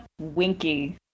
Winky